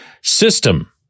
system